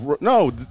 no